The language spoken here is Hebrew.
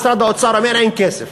משרד האוצר אומר: אין כסף,